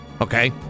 Okay